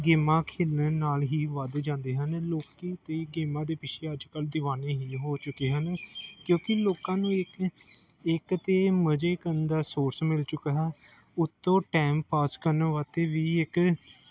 ਗੇਮਾਂ ਖੇਡਣ ਨਾਲ ਹੀ ਵੱਧ ਜਾਂਦੇ ਹਨ ਲੋਕ ਤਾਂ ਗੇਮਾਂ ਦੇ ਪਿੱਛੇ ਅੱਜ ਕੱਲ੍ਹ ਦੀਵਾਨੇ ਹੀ ਹੋ ਚੁੱਕੇ ਹਨ ਕਿਉਂਕਿ ਲੋਕਾਂ ਨੂੰ ਇੱਕ ਇੱਕ ਤਾਂ ਮਜ਼ੇ ਕਰਨ ਦਾ ਸੋਰਸ ਮਿਲ ਚੁੱਕਾ ਹੈ ਉੱਤੋਂ ਟਾਈਮ ਪਾਸ ਕਰਨ ਵਾਸਤੇ ਵੀ ਇੱਕ